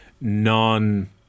non